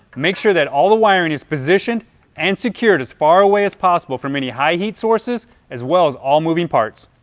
make sure that all of the wiring is positioned and secured as far away as possible from any high heat sources as well as all moving parts.